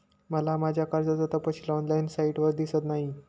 मला माझ्या कर्जाचा तपशील ऑनलाइन साइटवर दिसत नाही